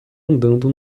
andando